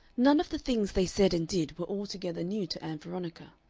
none of the things they said and did were altogether new to ann veronica,